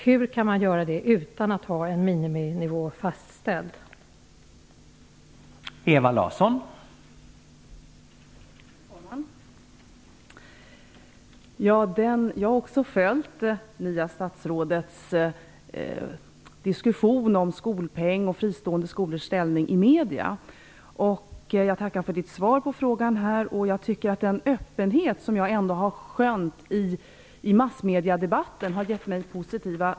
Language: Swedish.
Hur kan man garantera valfriheten utan en fastställd miniminivå?